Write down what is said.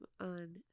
on